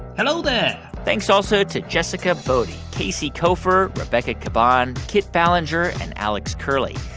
hello there thanks also to jessica boddy, casey koeffer, rebecca caban, kit ballenger and alex curley.